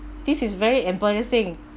this is very embarrassing